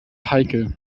heikel